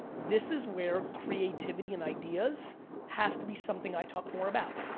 this is where creativity and ideas has to be something i talk more about.